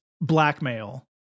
blackmail